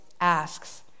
asks